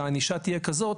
שהענישה תהיה כזאת